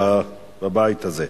בבית הזה.